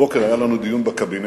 הבוקר היה לנו דיון בקבינט,